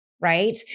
right